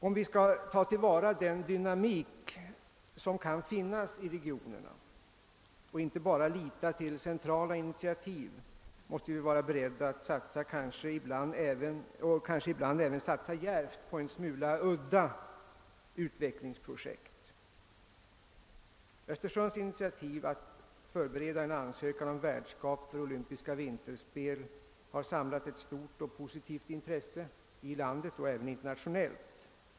Om vi skall kunna ta till vara den dynamik som kan finnas i regionerna och inte bara lita till centrala initiativ, måste vi vara beredda att satsa — kanske ibland också satsa djärvt — på en smula udda utvecklingsprojekt. Östersunds initiativ att förbereda en ansökan om värdskap för olympiska vinterspel har samlat ett stort och positivt intresse både här i vårt land och internationellt.